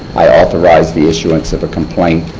i authorized the issuance of a complaint.